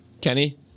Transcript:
Kenny